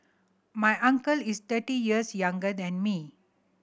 my uncle is thirty years younger than me